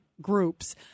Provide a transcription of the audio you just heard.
groups